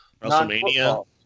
WrestleMania